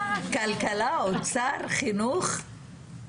כלכלה, אוצר, חינוך?